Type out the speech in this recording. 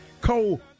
Cole